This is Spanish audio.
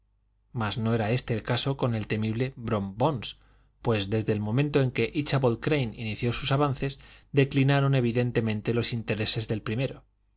mas no era éste el caso con el temible brom bones pues desde el momento en que íchabod crane inició sus avances declinaron evidentemente los intereses del primero